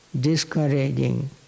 discouraging